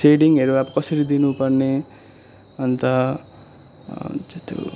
सेडिङहरू अब कसरी दिनुपर्ने अन्त